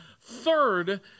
third